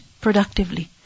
productively